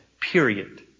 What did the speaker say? period